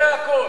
זה הכול.